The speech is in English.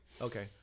Okay